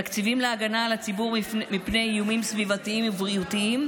תקציבים להגנה על הציבור מפני איומים סביבתיים ובריאותיים,